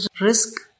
risk